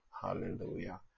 Hallelujah